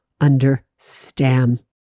understand